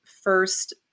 first